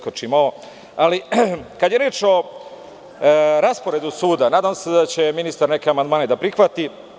Kada je reč o rasporedu suda, nadam se da će ministar neke amandmane da prihvati.